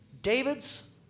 David's